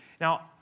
Now